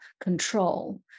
control